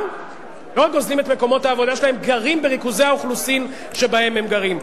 גרים בריכוזי האוכלוסין שבהם הם גרים.